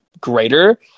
greater